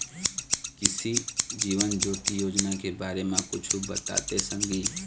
कृसि जीवन ज्योति योजना के बारे म कुछु बताते संगी